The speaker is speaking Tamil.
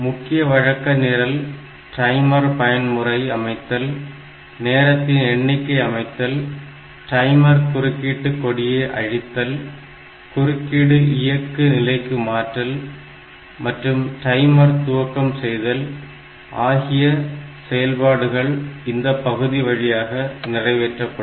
முக்கிய வழக்க நிரலில் டைமர் பயன்முறை அமைத்தல் நேரத்தின் எண்ணிக்கை அமைத்தல் டைமர் குறுக்கீட்டு கொடியை அழித்தல் குறுக்கீடு இயக்கு நிலைக்கு மாற்றல் மற்றும் டைமர் துவக்கம் செய்தல் ஆகிய செயல்பாடுகள் இந்தப் பகுதி வழியாக நிறைவேற்றப்படும்